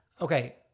Okay